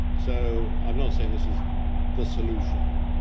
so um not saying this is the solution,